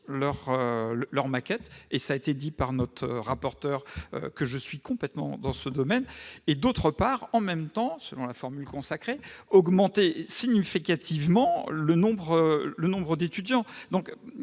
leurs formations- cela a été dit par notre rapporteur, que je suis complètement dans ce domaine -et, d'autre part, « en même temps », selon la formule consacrée, à augmenter significativement le nombre d'étudiants.